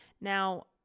now